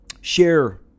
share